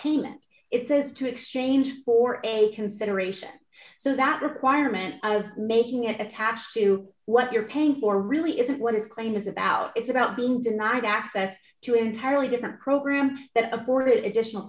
payment it says to exchange for a consideration so that requirement of making it attached to what you're paying for really isn't what his claim is about it's about being denied access to entirely different programs that afforded additional